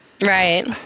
right